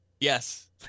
Yes